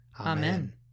Amen